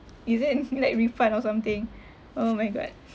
is it like refund or something oh my god